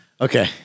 Okay